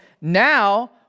now